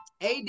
AD